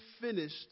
finished